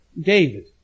David